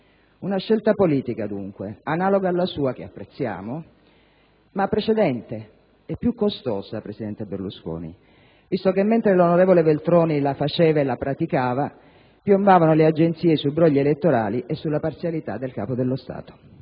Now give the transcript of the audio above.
Una scelta politica, dunque, analoga alla sua che apprezziamo, ma precedente e più costosa, presidente Berlusconi, visto che mentre l'onorevole Veltroni la faceva e la praticava piombavano le agenzie sui brogli elettorali e sulla parzialità del Capo dello Stato,